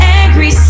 angry